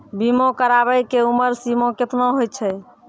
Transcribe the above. बीमा कराबै के उमर सीमा केतना होय छै?